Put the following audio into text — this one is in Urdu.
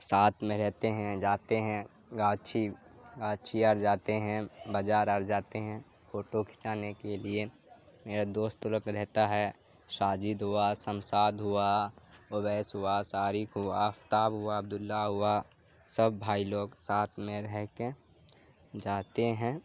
ساتھ میں رہتے ہیں جاتے ہیں گاچھی گاچھی اور جاتے ہیں بازار آر جاتے ہیں پھوٹو کھنچانے کے لیے میرا دوست لوگ رہتا ہے ساجد ہوا شمشاد ہوا اویس ہوا شارق ہوا آفتاب ہوا عبداللہ ہوا سب بھائی لوگ ساتھ میں رہ کے جاتے ہیں